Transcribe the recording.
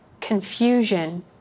confusion